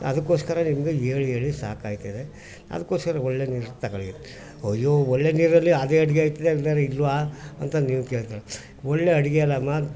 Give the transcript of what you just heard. ಅದಕ್ಕೋಸ್ಕರ ನಿಮಗೆ ಹೇಳಿ ಹೇಳಿ ಸಾಕಾಯ್ತದೆ ಅದಕ್ಕೋಸ್ಕರ ಒಳ್ಳೆಯ ನೀರು ತಗೋಳಿ ಅಯ್ಯೋ ಒಳ್ಳೆಯ ನೀರಲ್ಲಿ ಅದೇ ಅಡುಗೆ ಆಯ್ತದೆ ಇಲ್ವಾ ಅಂತ ನೀವು ಕೇಳ್ತೀರ ಒಳ್ಳೆಯ ಅಡುಗೆ ಅಲ್ಲಮ್ಮ